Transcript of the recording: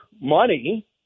money